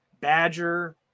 badger